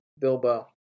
Bilbo